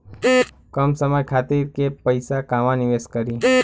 कम समय खातिर के पैसा कहवा निवेश करि?